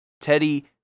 teddy